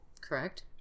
Correct